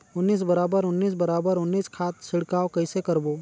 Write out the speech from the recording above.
उन्नीस बराबर उन्नीस बराबर उन्नीस खाद छिड़काव कइसे करबो?